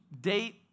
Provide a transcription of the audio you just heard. date